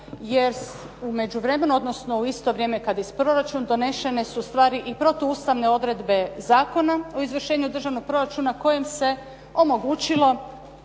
jer u međuvremenu, odnosno u isto vrijeme kad i proračun donesene su ustvari i protuustavne odredbe Zakona o izvršenju državnog proračuna kojem se omogućilo